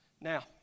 Now